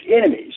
enemies